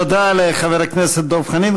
תודה לחבר הכנסת דב חנין.